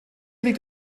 liegt